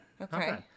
Okay